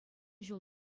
ҫул